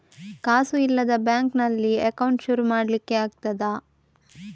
ಕಾಸು ಇಲ್ಲದ ಬ್ಯಾಂಕ್ ನಲ್ಲಿ ಅಕೌಂಟ್ ಶುರು ಮಾಡ್ಲಿಕ್ಕೆ ಆಗ್ತದಾ?